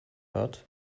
hat